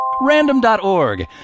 Random.org